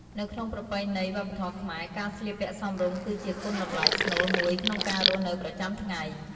នៅក្នុងប្រពៃណីវប្បធម៌ខ្មែរ ការស្លៀកពាក់សមរម្យគឺជាគុណតម្លៃស្នូលមួយក្នុងការរស់នៅប្រចាំថ្ងៃ។